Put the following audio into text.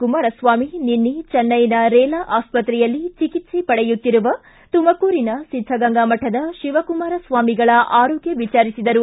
ಕುಮಾರಸ್ವಾಮಿ ನಿನ್ನೆ ಚೆನ್ಟೈನ ರೇಲಾ ಆಸ್ಪತ್ರೆಯಲ್ಲಿ ಚಿಕಿತ್ಸೆ ಪಡೆಯುತ್ತಿರುವ ತುಮಕೂರಿನ ಸಿದ್ದಗಂಗಾ ಮಠದ ಶಿವಕುಮಾರ ಸ್ವಾಮಿಗಳ ಆರೋಗ್ಯ ವಿಚಾರಿಸಿದರು